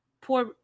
poor